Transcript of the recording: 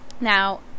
now